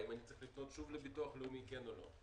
האם אני צריך לפנות שוב לביטוח הלאומי כן או לא?